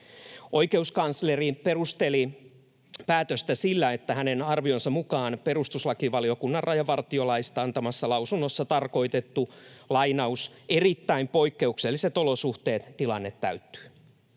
Oikeuskansleri perusteli päätöstään sillä, että hänen arvionsa mukaan perustuslakivaliokunnan rajavartiolaista antamassaan lausunnossa tarkoitettu ”erittäin poikkeukselliset olosuhteet” -tilanne täyttyy.